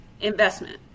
investment